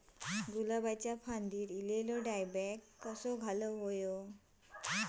गुलाबाच्या फांदिर एलेलो डायबॅक कसो घालवं?